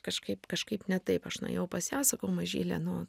kažkaip kažkaip ne taip aš nuėjau pas ją sakau mažyle nu